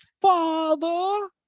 father